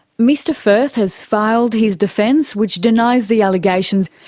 mr firth has filed his defence, which denies the allegations.